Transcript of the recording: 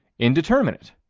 indeterminate,